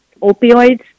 opioids